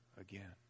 again